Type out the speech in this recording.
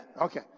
Okay